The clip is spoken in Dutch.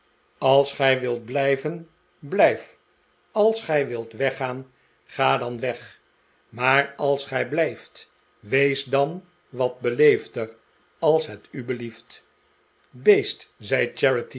als gij wilt blijde heer des huizes ven blijf als gij wilt weggaan ga dan weg maar als gij talijft wees dan wat beleefder als het u belief t beest zei